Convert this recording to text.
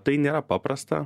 tai nėra paprasta